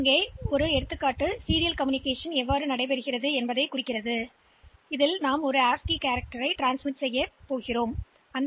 எனவே இந்த தொடர் தொடர்பு எவ்வாறு நடைபெறலாம் என்பதைப் பற்றி பேசும் ஒரு எடுத்துக்காட்டு இது